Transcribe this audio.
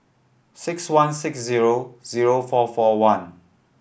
six one six zero zero four four one